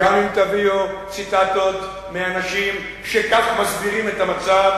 גם אם תביא עוד ציטטות מאנשים שכך מסבירים את המצב,